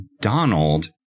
Donald